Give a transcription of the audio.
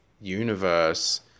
universe